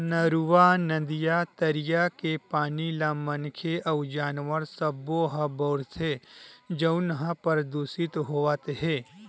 नरूवा, नदिया, तरिया के पानी ल मनखे अउ जानवर सब्बो ह बउरथे जउन ह परदूसित होवत हे